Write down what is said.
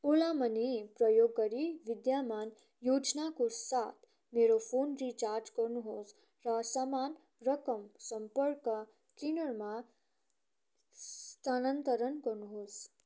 Ola Money प्रयोग गरी विद्यमान योजनाको साथ मेरो फोन रिचार्ज गर्नुहोस् र समान रकम सम्पर्क क्लीनरमा स्थानान्तरण गर्नुहोस्